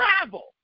travel